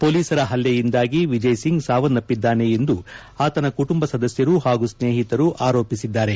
ಪೊಲೀಸರ ಹಲ್ಲೆಯಿಂದಾಗಿ ವಿಜಯ್ ಸಿಂಗ್ ಸಾವನ್ತಪ್ವಿದ್ದಾನೆ ಎಂದು ಆತನ ಕುಟುಂಬ ಸದಸ್ಯರು ಹಾಗೂ ಸ್ನೇಹಿತರು ಆರೋಪಿಸಿದ್ದಾರೆ